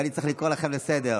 ואני צריך לקרוא אתכם לסדר.